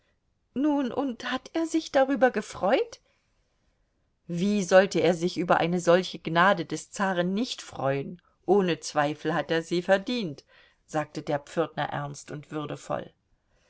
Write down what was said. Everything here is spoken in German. nun und hat er sich darüber gefreut wie sollte er sich über eine solche gnade des zaren nicht freuen ohne zweifel hat er sie verdient sagte der pförtner ernst und würdevoll